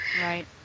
Right